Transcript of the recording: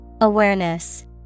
Awareness